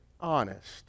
honest